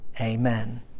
Amen